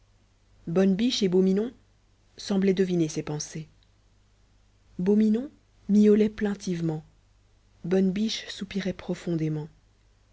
bonne biche et beau minon semblaient deviner ses pensées beau minon miaulait plaintivement bonne biche soupirait profondément